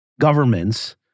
governments